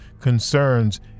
concerns